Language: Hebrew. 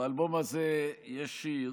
ובאלבום הזה יש שיר